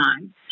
time